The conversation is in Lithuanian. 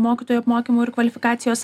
mokytojų apmokymų ir kvalifikacijos